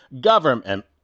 government